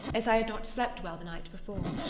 as i had not slept well the night before.